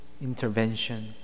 intervention